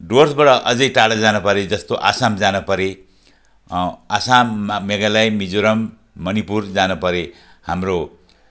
डुवर्सबाट अझ टाडा जान परे जस्तो असम जान परे असममा मेघालय मिजोरम मणिपुर जान परे हाम्रो